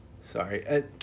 sorry